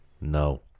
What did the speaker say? No